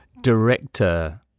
director